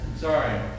sorry